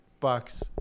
Bucks